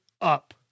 up